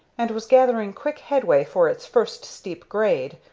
and was gathering quick headway for its first steep grade,